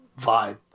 vibe